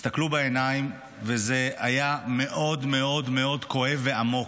הסתכלו בעיניים וזה היה מאוד, מאוד כואב ועמוק.